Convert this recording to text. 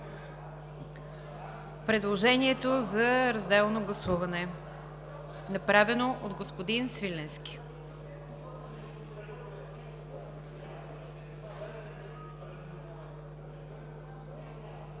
предложението за разделно гласуване, направено от господин Свиленски.